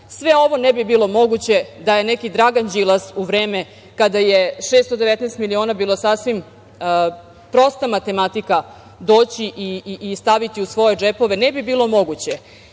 ovo ne bi bilo moguće da je neki Dragan Đilas u vreme kada je 619 miliona bila sasvim prosta matematika doći i staviti u svoje džepove, ne bi bilo moguće,